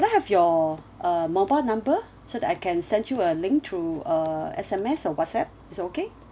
I have your uh mobile number so that I can send you a link through uh S_M_S or whatsapp is it okay